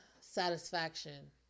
Satisfaction